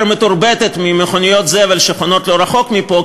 מתורבתת ממכוניות זבל שחונות לא רחוק מפה,